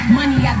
money